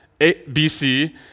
BC